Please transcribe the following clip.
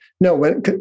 No